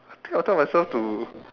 I think I'll tell myself to